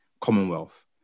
Commonwealth